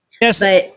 Yes